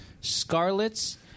Scarlet's